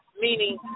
meaning